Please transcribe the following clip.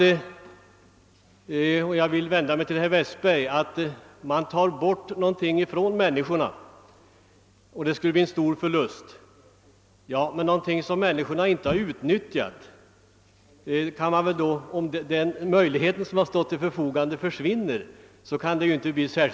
Jag vill vidare till herr Westberg, som menade att människorna i det aktuella området skulle göra en stor förlust, säga att denna inte kan bli särskilt stor efiersom man inte utnyttjat den möjlighet som stått till förfogande.